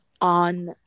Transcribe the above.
on